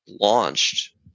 launched